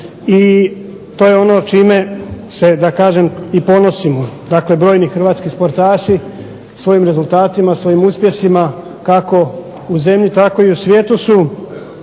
i to je ono čime se da kažem i ponosimo. Dakle, brojni hrvatski sportaši svojim rezultatima, svojim uspjesima kako u zemlji tako u svijetu su